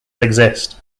exist